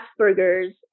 Asperger's